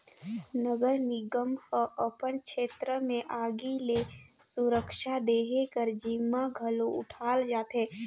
नगर निगम ह अपन छेत्र में आगी ले सुरक्छा देहे कर जिम्मा घलो उठाल जाथे